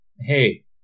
hey